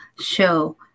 show